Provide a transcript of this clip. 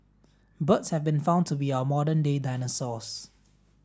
birds have been found to be our modern day dinosaurs